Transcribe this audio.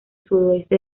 sudoeste